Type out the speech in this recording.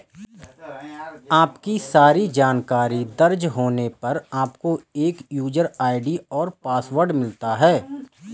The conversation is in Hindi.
आपकी सारी जानकारी दर्ज होने पर, आपको एक यूजर आई.डी और पासवर्ड मिलता है